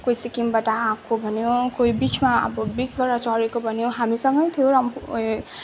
कोही सिक्किमबाट आएको भन्यो कोही बिचमा अब बिचबाट चढेको भन्यो हामीसँगै थियो रम्फू उयो